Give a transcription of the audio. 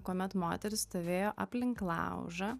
kuomet moterys stovėjo aplink laužą